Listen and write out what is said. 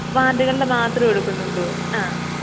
വാര്ഡുകളിലെ മാത്രം എടുക്കുന്നുള്ളൂ ആ